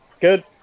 Good